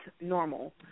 normal